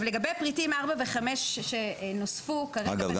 לגבי פריטים 4 ו-5 שנוספו -- אגב,